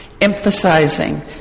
Emphasizing